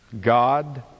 God